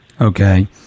Okay